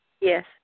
Yes